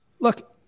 Look